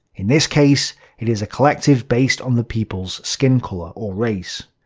in this case it is a collective based on the people's skin colour, or race.